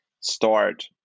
start